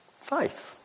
Faith